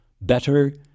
better